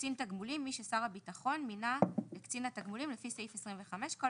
"קצין תגמולים" מי ששר הביטחון מינה לקצין תגמולים לפי סעיף 25." כל